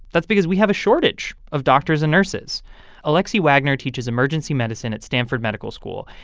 that's because we have a shortage of doctors and nurses alexei wagner teaches emergency medicine at stanford medical school,